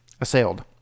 Assailed